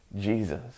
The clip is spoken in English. Jesus